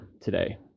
today